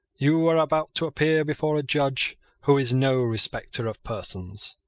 you are about to appear before a judge who is no respecter of persons.